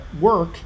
work